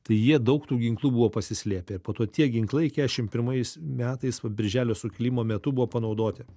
tai jie daug tų ginklų buvo pasislėpę po to tie ginklai keturiasdešimt pirmais metais po birželio sukilimo metu buvo panaudoti